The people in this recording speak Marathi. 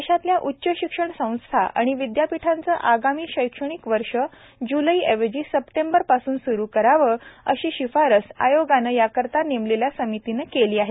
देशातल्या उच्च शिक्षण संस्था आणि विद्यापीठांचं आगामी शैक्षणिक वर्ष जुलै ऐवजी सप्टेंबर पासून सुरु करावं अशी शिफारस आयोगाने याकरता नेमलेल्या समितीने केली आहे